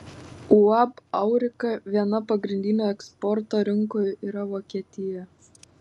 uab aurika viena pagrindinių eksporto rinkų yra vokietija